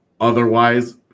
Otherwise